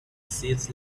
saves